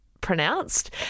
pronounced